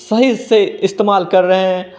सही से इस्तेमाल कर रहे हैं